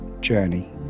journey